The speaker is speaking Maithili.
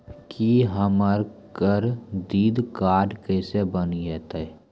की हमर करदीद कार्ड केसे बनिये?